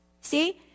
see